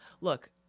Look